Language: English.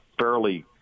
fairly